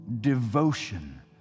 devotion